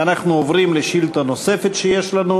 אנחנו עוברים לשאילתה נוספת שיש לנו,